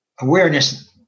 Awareness